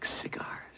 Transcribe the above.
cigars